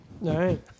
Right